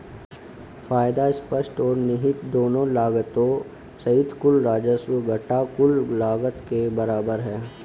फायदा स्पष्ट और निहित दोनों लागतों सहित कुल राजस्व घटा कुल लागत के बराबर है